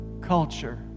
culture